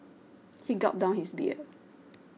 he gulped down his beer